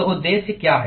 तो उद्देश्य क्या है